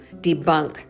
debunk